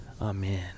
Amen